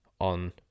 on